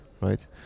right